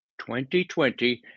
2020